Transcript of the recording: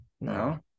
no